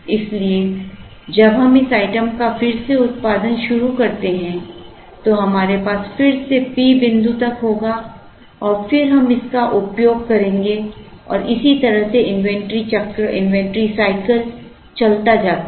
इसलिए जब हम इस आइटम का फिर से उत्पादन करना शुरू करते हैं तो हमारे पास फिर से P बिंदु तक होगा और फिर हम इसका उपयोग करते हैं और इसी तरह से इन्वेंट्री चक्र चलता जाता है